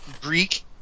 Greek